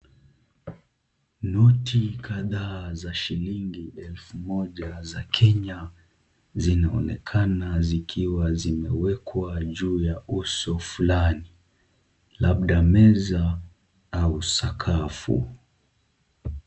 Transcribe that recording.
Noti kadhaa za shilingi elfu moja za Kenya zinaoenekana zikiwa zimewekwa juu ya uso flani, labda meza au sakafu.